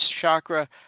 chakra